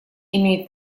имеет